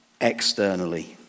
externally